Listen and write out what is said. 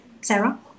Sarah